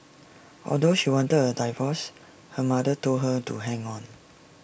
although she wanted A divorce her mother told her to hang on